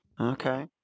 Okay